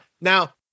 Now